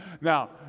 Now